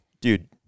dude